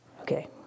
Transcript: Okay